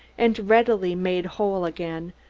and readily made whole again,